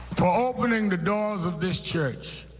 for opening the doors of this church